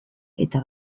eta